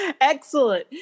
Excellent